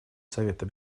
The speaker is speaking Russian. совета